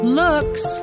looks